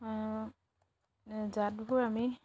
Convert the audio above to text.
জাতবোৰ আমি